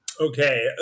Okay